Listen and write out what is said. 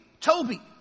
Toby